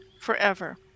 forever